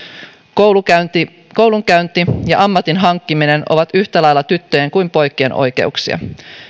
koulunkäynti koulunkäynti ja ammatin hankkiminen ovat yhtä lailla tyttöjen kuin poikien oikeuksia